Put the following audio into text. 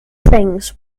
things